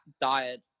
diet